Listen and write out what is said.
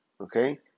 Okay